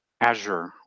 Azure